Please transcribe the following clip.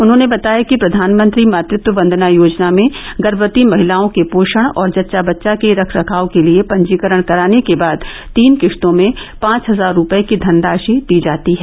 उन्होंने बताया कि प्रधानमंत्री मातृत्व वंदना योजना में गर्भवती महिलाओं के पोषण और जच्चा बच्चा के रखरखाव के लिये पंजीकरण कराने के बाद तीन किस्तों में पांच हजार रूपये की धनराशि दी जाती है